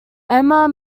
omar